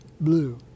blue